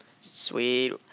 Sweet